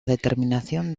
determinación